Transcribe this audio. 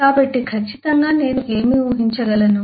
కాబట్టి ఖచ్చితంగా నేను ఏమి ఊహించగలను